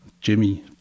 jimmy